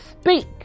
Speak